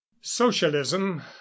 socialism